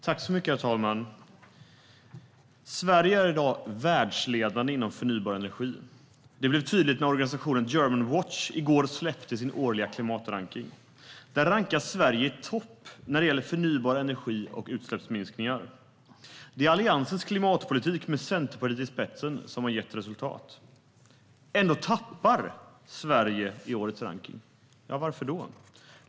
Herr talman! Sverige är i dag världsledande inom förnybar energi. Det blev tydligt när organisationen Germanwatch i går släppte sin årliga klimatrankning. Där rankas Sverige i topp när det gäller förnybar energi och utsläppsminskningar. Det är Alliansens klimatpolitik med Centerpartiet i spetsen som har gett resultat. Ändå tappar Sverige i årets rankning. Varför då?